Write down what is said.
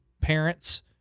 parents